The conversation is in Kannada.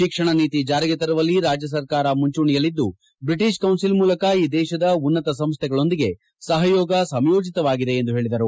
ಶಿಕ್ಷಣ ನೀತಿ ಜಾರಿಗೆ ತರುವಲ್ಲಿ ರಾಜ್ಯ ಸರ್ಕಾರ ಮುಂಚೂಣೆಯಲ್ಲಿದ್ದು ಬ್ರಿಟಿಷ್ ಕೌನ್ಸಿಲ್ ಮೂಲಕ ಆ ದೇಶದ ಉನ್ನತ ಸಂಸೈಗಳೊಂದಿಗೆ ಸಹಯೋಗ ಸಮಯೋಚಿತವಾಗಿದೆ ಎಂದು ಹೇಳಿದರು